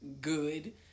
good